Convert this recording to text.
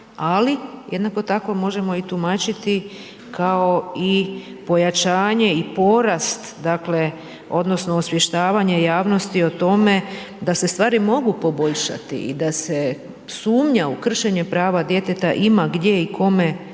ali jednako tako možemo i tumačiti kao i pojačanje i porast, dakle, odnosno, osvještavanje javnosti o tome, da se stvari mogu poboljšati i da se sumnja u kršenje prava djeteta ima gdje i kome